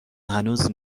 هنوز